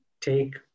take